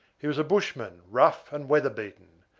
he was a bushman, rough and weather-beaten,